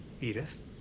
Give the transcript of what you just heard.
Edith